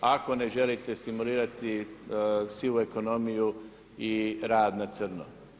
Ako ne želite stimulirati sivu ekonomiju i rad na crno.